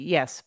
Yes